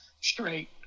straight